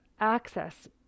access